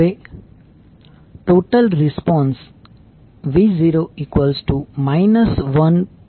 હવે total response v0 12